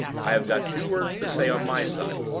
i have got two words to say on my side.